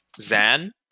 Zan